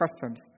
customs